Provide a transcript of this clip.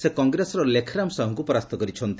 ସେ କଂଗ୍ରେସର ଲେଖରାମ ସାହୁଙ୍କୁ ପରାସ୍ତ କରିଛନ୍ତି